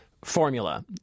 Formula